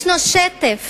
יש שטף